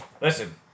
Listen